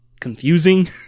confusing